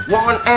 one